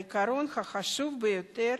העיקרון החשוב ביותר